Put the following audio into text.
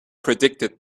predicted